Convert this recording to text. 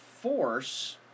force